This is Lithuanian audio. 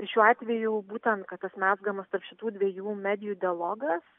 šiuo atveju būtent kad tas mezgamas tarp šitų dviejų medijų dialogas